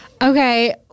Okay